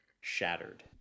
shattered